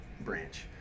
branch